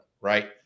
right